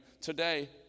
today